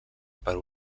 per